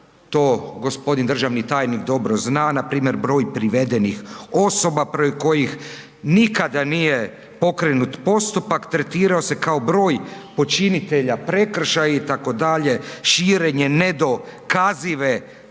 to gospodin državni tajnik dobro zna, npr. broj privedenih osoba protiv kojih nikada nije pokrenut postupak tretirao se kao broj počinitelja prekršaja itd., širenje nedokazive floskule